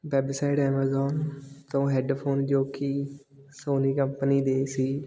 website Amazon ਤੋਂ headphone ਜੋ ਕਿ ਸੋਨੀ ਕੰਪਨੀ ਦੇ ਸੀ